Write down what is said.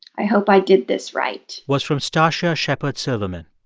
i hope i did this right. was from stacya shepard silverman.